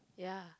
ya